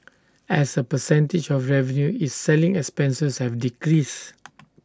as A percentage of revenue its selling expenses have decreased